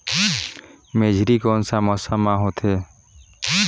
मेझरी कोन सा मौसम मां होथे?